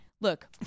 Look